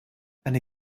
eine